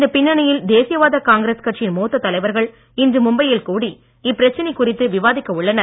இந்த பின்னணியில் தேசியவாத காங்கிரஸ் கட்சியின் மூத்த தலைவர்கள் இன்று மும்பையில் கூடி இப்பிரச்சனை குறித்து விவாதிக்க உள்ளனர்